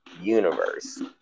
universe